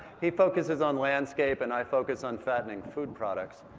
he focuses on landscape and i focus on fattening food products.